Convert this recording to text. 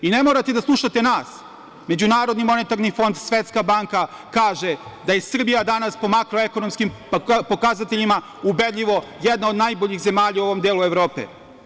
Ne morate da slušate nas, MMF i Svetska banka kažu da je Srbija danas, po makroekonomskim pokazateljima, ubedljivo jedna od najboljih zemalja u ovom delu Evropi.